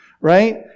right